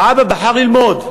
והאבא בחר ללמוד,